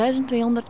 1200